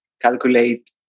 calculate